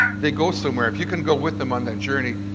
they go somewhere. if you can go with them on that journey,